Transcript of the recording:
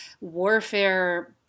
warfare